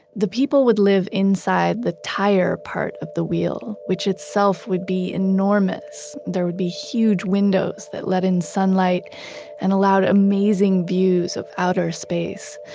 the people would live inside the tire part of the wheel, which itself would be enormous. there would be huge windows that let in sunlight and allowed amazing views of outer space.